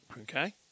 okay